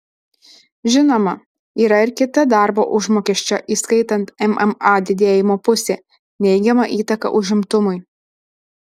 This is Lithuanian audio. žinoma yra ir kita darbo užmokesčio įskaitant mma didėjimo pusė neigiama įtaka užimtumui